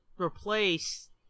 replace